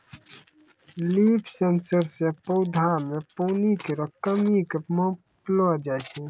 leaf sensor सें पौधा म पानी केरो कमी क मापलो जाय छै